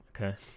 Okay